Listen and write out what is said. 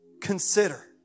consider